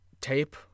tape